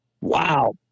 Wow